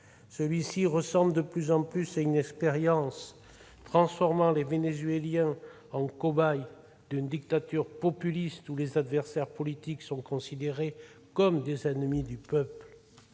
Celui-ci ressemble de plus en plus à une expérience transformant les Vénézuéliens en cobayes d'une dictature populiste où les adversaires politiques sont considérés comme des ennemis du peuple.